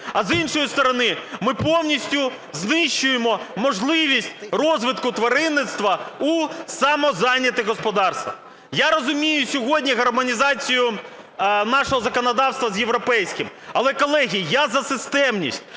а з іншої сторони, ми повністю знищуємо можливість розвитку тваринництва у самозайнятих господарствах. Я розумію сьогодні гармонізацію нашого законодавства з європейським. Але, колеги, я за системність.